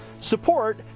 support